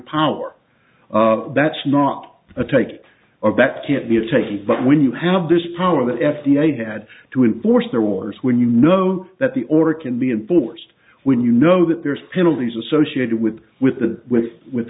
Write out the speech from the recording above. power that's not a take of that can't be a taking but when you have this power that f d a had to enforce their wars when you know that the order can be enforced when you know that there's penalties associated with with the with with